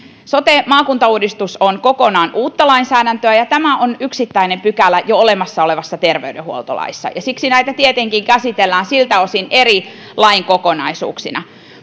sote maakuntauudistus on kokonaan uutta lainsäädäntöä ja tämä on yksittäinen pykälä jo olemassa olevassa terveydenhuoltolaissa siksi näitä tietenkin käsitellään siltä osin eri lain kokonaisuuksina